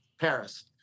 Paris